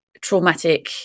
traumatic